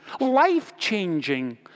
life-changing